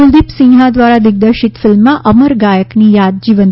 કુલદીપ સિન્હા દ્વારા દિગ્દર્શિત ફિલ્મમાં અમર ગાયકની યાદ જીવંત થાય છે